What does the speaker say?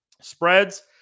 spreads